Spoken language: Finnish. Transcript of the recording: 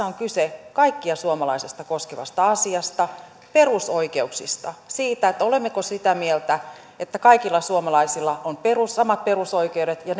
on kyse kaikkia suomalaisia koskevasta asiasta perusoikeuksista siitä olemmeko sitä mieltä että kaikilla suomalaisilla on samat perusoikeudet ja